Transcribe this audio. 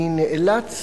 אני נאלץ